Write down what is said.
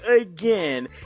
again